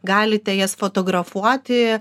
galite jas fotografuoti